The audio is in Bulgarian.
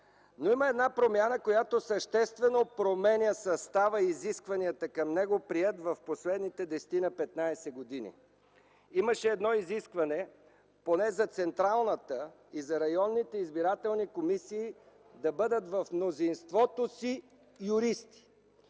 Но има една промяна, която съществено променя състава и изискванията към него, приета в последните десетина-петнадесет години. Имаше едно изискване, поне за Централната и за районните избирателни комисии, да бъдат в мнозинството си юристи.